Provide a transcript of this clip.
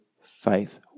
faith